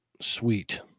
sweet